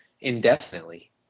indefinitely